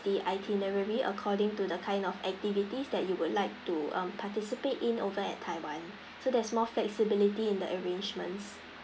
the itinerary according to the kind of activities that you would like to um participate in over at taiwan so there's more flexibility in the arrangements